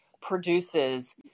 produces